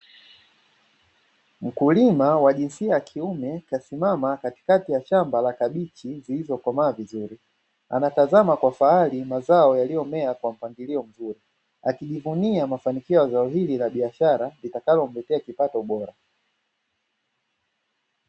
Mkulima wa jinsia ya kiume kasimama katikati ya shamba la kabichi zilizokomaa vizuri. Anatazama kwa fahari mazao yaliyomea kwa mpangilio mzuri, akijivunia mafanikio ya zao hili la biashara litakalo mletea kipato bora.